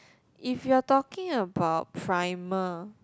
if you're talking about primer